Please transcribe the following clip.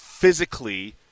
Physically